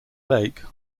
lake